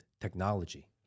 technology